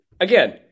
again